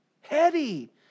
heady